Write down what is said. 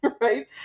right